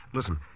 Listen